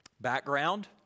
Background